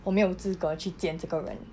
我没有资格去见这个人